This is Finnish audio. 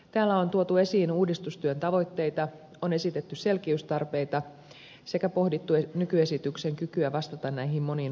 täällä on tuotu esiin uudistustyön tavoitteita on esitetty selkeystarpeita sekä pohdittu nykyesityksen kykyä vastata näihin moniin odotuksiin